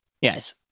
yes